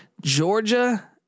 Georgia